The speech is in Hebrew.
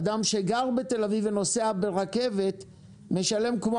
אדם שגר בתל אביב ונוסע ברכבת משלם כמו